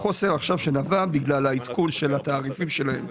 החוסר שנבע עכשיו בגלל העדכון של התעריפים שלהן.